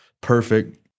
perfect